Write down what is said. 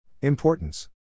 Importance